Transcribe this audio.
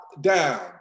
down